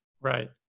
Right